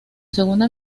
segunda